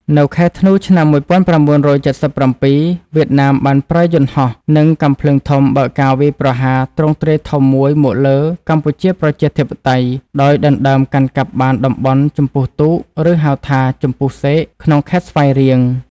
នៅខែធ្នូ ឆ្នាំ ១៩៧៧ វៀតណាមបានប្រើយន្តហោះ និងកាំភ្លើងធំបើកការវាយប្រហារទ្រង់ទ្រាយធំមួយមកលើកម្ពុជាប្រជាធិបតេយ្យ ដោយដណ្តើមកាន់កាប់បានតំបន់ចំពុះទូក ឬ ហៅថា ចំពុះសេក ក្នុងខេត្តស្វាយរៀង។